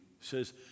says